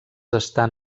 estan